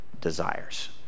desires